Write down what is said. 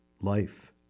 life